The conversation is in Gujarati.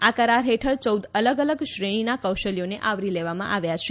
આ કરાર હે ઠળ ચૌદ અલગ અલગ શ્રેણીના કૌશલ્યોને આવરી લેવામાં આવ્યા છે